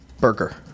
burger